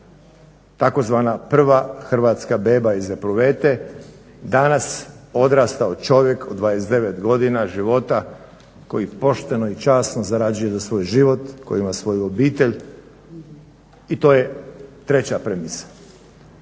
beba tzv. "prva hrvatska beba iz epruvete" danas odrastao čovjek od 29 godina života koji pošteno i časno zarađuje za svoj život, koji ima svoju obitelj i to je treća premisa.